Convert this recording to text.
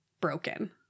broken